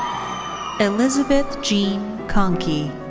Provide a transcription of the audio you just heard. elizabeth jean conkey.